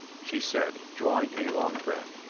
she said, drawing a long breath.